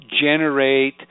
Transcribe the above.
generate